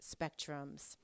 spectrums